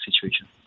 situation